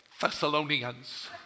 Thessalonians